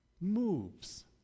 moves